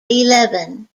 eleven